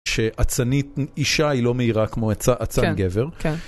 שאצנית אישה היא לא מהירה כמו אצן גבר.